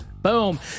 boom